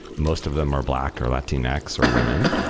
most of them are black or latinx or women.